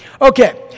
Okay